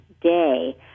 day